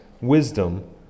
wisdom